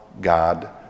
God